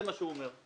זה מה שהוא אומר.